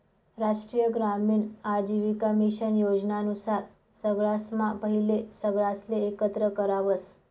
राष्ट्रीय ग्रामीण आजीविका मिशन योजना नुसार सगळासम्हा पहिले सगळासले एकत्र करावस